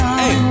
hey